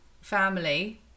family